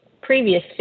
previous